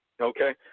okay